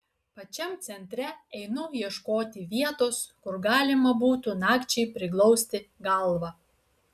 pačiam centre einu ieškoti vietos kur galima būtų nakčiai priglausti galvą